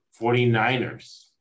49ers